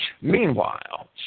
Meanwhile